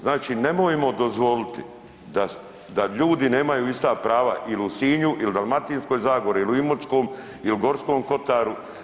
Znači, nemojmo dozvoliti da ljudi nemaju ista prava ili u Sinju ili u Dalmatinskoj Zagori ili u Imotskom ili u Gorskom kotaru.